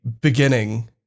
beginning